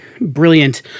brilliant